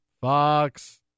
Fox